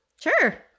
Sure